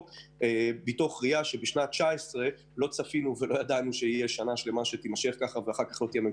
מתוך ראייה שבשנת 2019 לא ידענו שלא תהיה ממשלה.